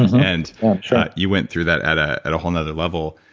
and you went through that at ah at a whole another level,